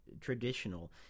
traditional